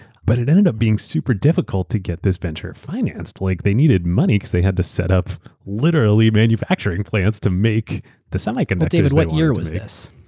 but it ended up being super difficult to get this venture financed. like they needed money because they had to set up literally manufacturing plants to make the semiconductors. what year was this?